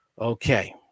Okay